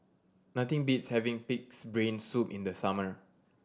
nothing beats having Pig's Brain Soup in the summer